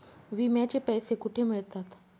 विम्याचे पैसे कुठे मिळतात?